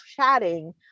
chatting